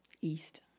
East